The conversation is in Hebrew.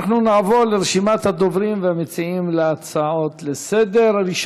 אנחנו נעבור לרשימת הדוברים והמציעים הצעות לסדר-היום.